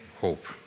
hope